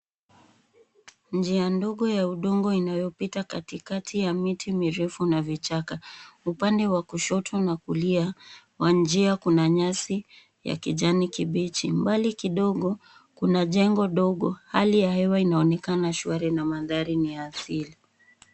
Njia ndogo ya udongo inayopita katikati ya miti mirefu na vichaka. Upande wa kushoto na kulia wa njia kuna nyasi ya kijani kibichi. Mbali kidogo kuna jengo dogo hali ya hewa inaonekana kuwa shwari na mandhari ni asili.